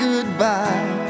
Goodbye